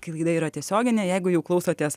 kai laida yra tiesioginė jeigu jau klausotės